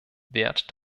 wert